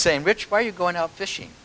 saying rich why are you going out fishing